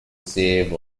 save